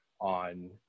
on